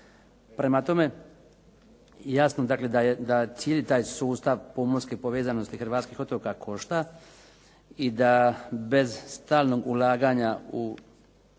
Prema tome, jasno dakle da cijeli taj sustav pomorske povezanosti hrvatskih otoka košta i da bez stalnog ulaganja u